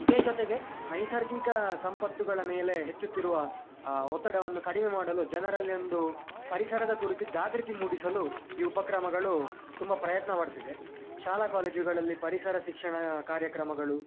ಇದ್ರ ಜೊತೆಗೆ ನೈಸರ್ಗಿಕ ಸಂಪತ್ತುಗಳ ಮೇಲೆ ಹೆಚ್ಚುತ್ತಿರುವ ಒತ್ತಡವನ್ನು ಕಡಿಮೆ ಮಾಡಲು ಜನರಲ್ಲಿ ಒಂದು ಪರಿಸರದ ಕುರಿತು ಜಾಗೃತಿ ಮೂಡಿಸಲು ಈ ಉಪಕ್ರಮಗಳು ತುಂಬ ಪ್ರಯತ್ನಪಡ್ತಿದೆ ಶಾಲಾ ಕಾಲೇಜುಗಳಲ್ಲಿ ಪರಿಸರ ಶಿಕ್ಷಣ ಕಾರ್ಯಕ್ರಮಗಳು